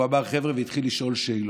והוא אמר: חבר'ה, התחיל לשאול שאלות.